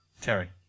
Terry